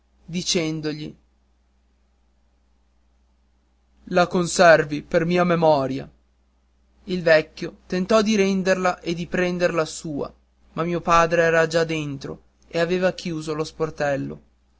dicendogli la conservi per mia memoria il vecchio tentò di renderla e di riprender la sua ma mio padre era già dentro e aveva richiuso lo sportello